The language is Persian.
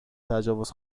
تجاوز